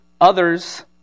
others